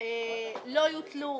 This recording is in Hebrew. לא יוטלו